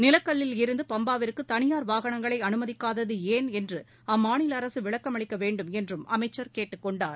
நிலக்கல்லில் இருந்து பம்பாவிற்கு தனியார் வாகனங்களை அனுமதிக்காதது ஏன் என்று அம்மாநில அரசு விளக்கமளிக்க வேண்டும் என்றும் அமைச்சர் கேட்டுக் கொண்டார்